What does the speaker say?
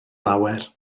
lawer